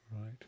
Right